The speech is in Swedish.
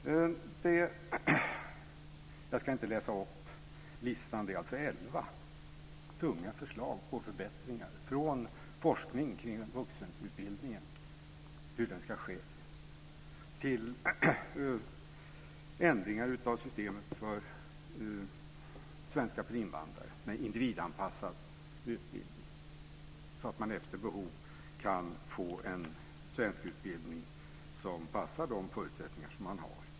Jag ska inte läsa upp listan. Det är elva tunga förslag på förbättringar från forskning kring vuxenutbildningen till ändringar av systemet för svenska för invandrare - med individanpassad utbildning så att man kan få en svenskutbildning som passar de förutsättningar man har.